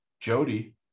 Jody